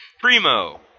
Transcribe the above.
Primo